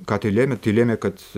ką tai lėmė tai lėmė kad